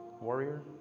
warrior